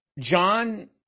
John